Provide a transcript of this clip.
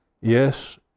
Yes